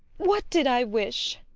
what did i wish?